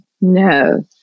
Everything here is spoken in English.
no